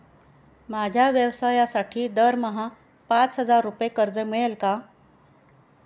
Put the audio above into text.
माझ्या व्यवसायासाठी दरमहा पाच हजार रुपये कर्ज मिळेल का?